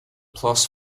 plus